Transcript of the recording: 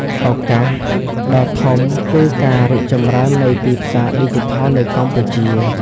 ឱកាស ដ៏ធំគឺការរីកចម្រើននៃទីផ្សារឌីជីថលនៅកម្ពុជា។